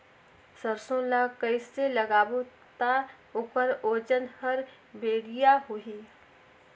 सरसो ला कइसे लगाबो ता ओकर ओजन हर बेडिया होही?